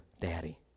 daddy